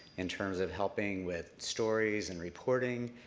in terms of helping with stories and reporting,